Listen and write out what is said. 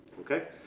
Okay